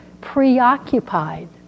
preoccupied